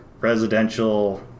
residential